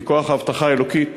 מכוח ההבטחה האלוקית,